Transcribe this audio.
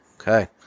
Okay